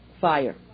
fire